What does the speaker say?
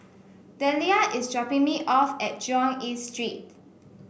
Dellia is dropping me off at Jurong East Street